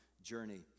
journey